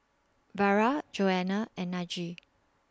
Vara Joanna and Najee